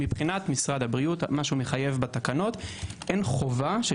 מבחינת משרד הבריאות מה שמחייב בתקנות אין חובה של